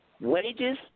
Wages